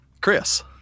Chris